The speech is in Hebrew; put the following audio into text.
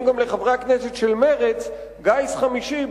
גם לחברי הכנסת של מרצ "גיס חמישי",